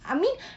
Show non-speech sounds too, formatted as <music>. I mean <breath>